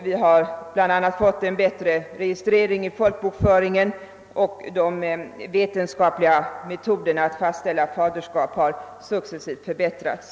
Vi har bl.a. fått en bättre registrering i folkbokföringen, och de vetenskapliga metoderna att fastställa faderskap har successivt förbättrats.